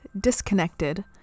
disconnected